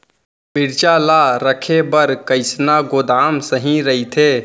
मिरचा ला रखे बर कईसना गोदाम सही रइथे?